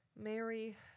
Mary